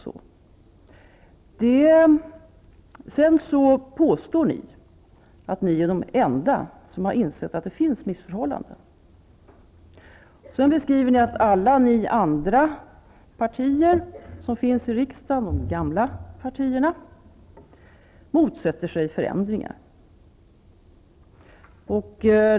Sedan påstår ni att ni är de enda som har insett att det finns missförhållanden och påstår att alla andra partier i riksdagen -- de gamla partierna -- motsätter sig förändringar.